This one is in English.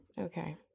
Okay